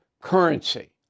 currency